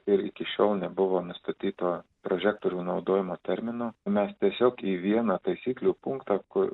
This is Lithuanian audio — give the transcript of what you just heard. ir iki šiol nebuvo nustatyta prožektorių naudojimo termino mes tiesiog į vieną taisyklių punktą ku